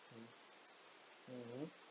mm mmhmm